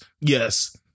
yes